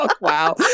Wow